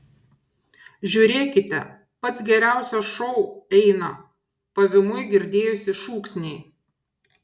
žiūrėkite pats geriausias šou eina pavymui girdėjosi šūksniai